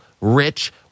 Rich